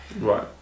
Right